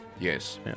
Yes